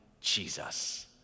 Jesus